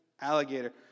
alligator